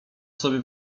sobie